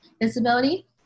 disability